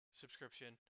subscription